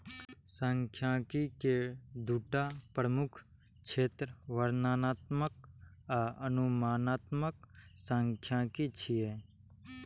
सांख्यिकी के दूटा प्रमुख क्षेत्र वर्णनात्मक आ अनुमानात्मक सांख्यिकी छियै